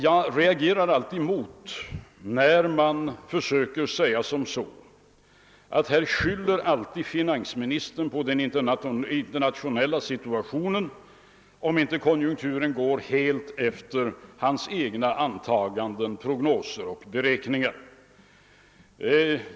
Jag reagerar alltid när det sägs att finansministern skyller på den internationella situationen om konjunkturutvecklingen inte går helt efter hans antaganden, prognoser och beräkningar.